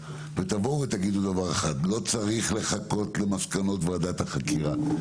ותגידו דבר אחד: לא צריך לחכות למסקנות ועדת החקירה.